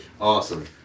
Awesome